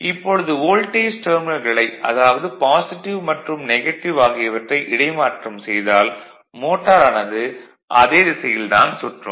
இப்பொழுது வோல்டேஜ் டெர்மினல்களை அதாவது பாசிட்டிவ் மற்றும் நெகட்டிவ் ஆகியவற்றை இடைமாற்றம் செய்தால் மோட்டார் ஆனது அதே திசையில் தான் சுற்றும்